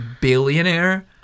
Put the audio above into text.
billionaire